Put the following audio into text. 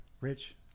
rich